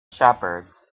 shepherds